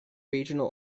regional